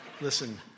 Listen